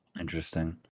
Interesting